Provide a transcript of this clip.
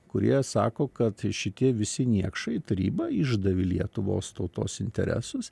kurie sako kad šitie visi niekšai taryba išdavė lietuvos tautos interesus